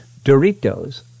Doritos